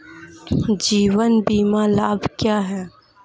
जीवन बीमा लाभ क्या हैं?